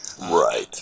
Right